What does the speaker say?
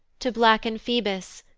to blacken phoebus,